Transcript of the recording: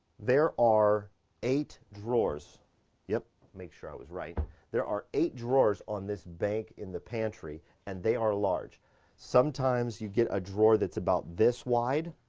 there are eight drawers yep make sure i was right there are eight drawers on this bank in the pantry and they are large sometimes you get a drawer that's about this wide